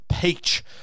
Peach